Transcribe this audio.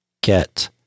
get